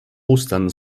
ostern